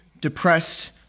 depressed